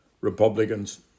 Republicans